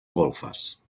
golfes